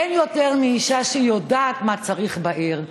אין יותר מאישה שיודעת מה צריך בעיר.